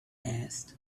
asked